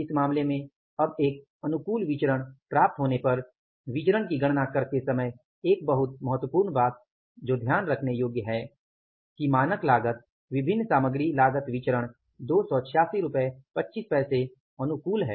इस मामले में अब एक अनुकूल विचरण प्राप्त होने पर विचरण की गणना करके समय एक बहुत महत्वपूर्ण बात जो ध्यान रखने योग्य है कि मानक लागत विभिन्न सामग्री लागत विचरण 28625 अनुकूल है